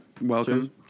Welcome